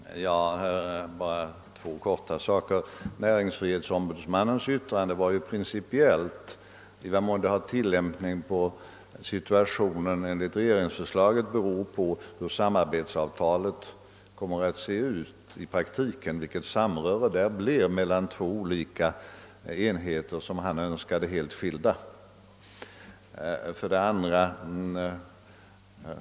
Herr talman! Jag skall bara säga ett par saker. Näringsfrihetsombudsmannens = yttrande var principiellt. I vilken mån det har tillämpning på situationen enligt regeringsförslaget beror på hur samarbetsavtalet kommer att se ut i verkligheten och hurudant »samröret» blir mellan de två olika enheter, som han för sin del önskade skulle vara helt skilda.